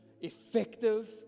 effective